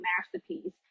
masterpiece